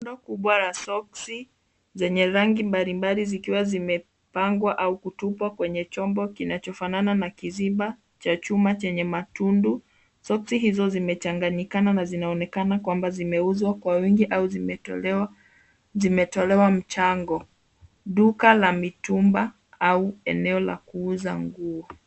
Rundo kubwa la soksi zenye rangi mbalimbali zikiwa zimepangwa au kutupwa kwenye chombo kinachofanana na kiziba cha chuma chenye matundu. Soksi hizo zimechanganyikana na zinaonekana kwamba zimeuzwa kwa wingi au zimetolewa mchango. Duka la mitumba au eneo la kuuza nguo.